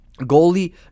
goalie